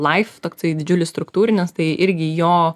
life toksai didžiulis struktūrinis tai irgi jo